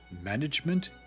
management